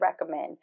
recommend